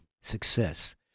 success